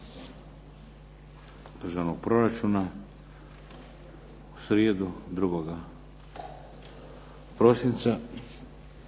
državnog proračuna u srijedu 2. prosinca.